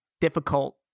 difficult